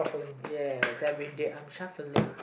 yes everyday I'm shuffling